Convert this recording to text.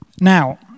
Now